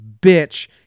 bitch